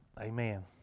Amen